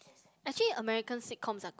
actually American sitcoms are